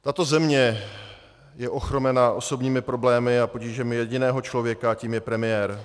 Tato země je ochromena osobními problémy a potížemi jediného člověka a tím je premiér.